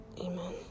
Amen